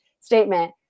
statement